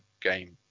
game